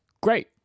great